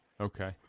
Okay